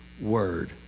word